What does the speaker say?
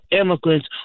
immigrants